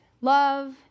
Love